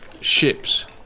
ships